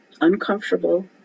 uncomfortable